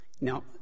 Now